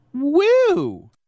Woo